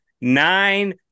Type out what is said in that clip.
Nine